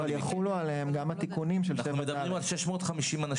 אבל יחולו עליהם גם התיקונים של סעיף 7ד. אנחנו מדברים על 650 אנשים,